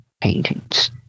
paintings